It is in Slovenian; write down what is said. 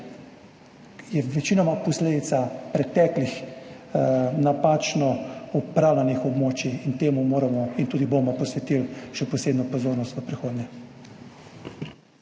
je večinoma posledica preteklih napačno upravljanih območij in temu moramo in tudi bomo posvetili še posebno pozornost v prihodnje.